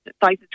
sizes